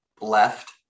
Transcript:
left